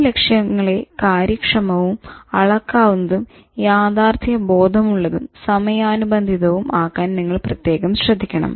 ഈ ലക്ഷ്യങ്ങളെ കാര്യക്ഷമവും അളക്കാവുന്നതും യാഥാർഥ്യ ബോധമുള്ളതും സമയനുബന്ധിതവും ആക്കാൻ നിങ്ങൾ പ്രത്യേകം ശ്രദ്ധിക്കണം